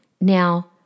Now